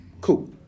Cool